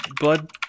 blood